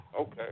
Okay